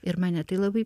ir mane tai labai